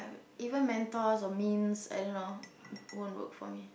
even Menthols or mints I don't know won't work for me